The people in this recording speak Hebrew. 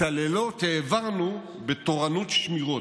את הלילות העברנו בתורנות שמירות.